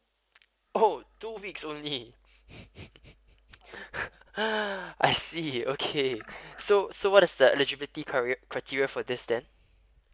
oh two weeks only I see okay so so what's the eligibility career criteria for this then